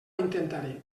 intentaré